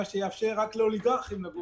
מה שיאפשר רק לאוליגרכים לגור